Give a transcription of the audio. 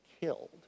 killed